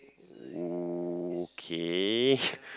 okay